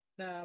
na